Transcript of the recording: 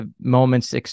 moments